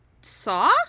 Saw